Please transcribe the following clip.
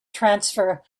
transfer